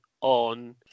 on